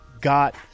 got